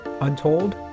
untold